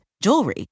jewelry